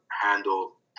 handle